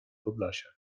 podlasiak